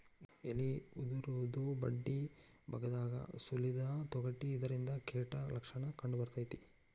ಎಲಿ ಉದುರುದು ಬಡ್ಡಿಬಾಗದಾಗ ಸುಲಿದ ತೊಗಟಿ ಇದರಿಂದ ಕೇಟ ಲಕ್ಷಣ ಕಂಡಬರ್ತೈತಿ